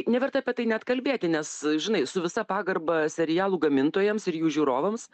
neverta apie tai net kalbėti nes žinai su visa pagarba serialų gamintojams ir jų žiūrovams